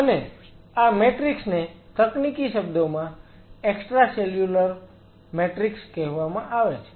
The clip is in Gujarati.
અને આ મેટ્રિક્સ ને તકનીકી શબ્દોમાં એક્સ્ટ્રાસેલ્યુલર કહેવામાં આવે છે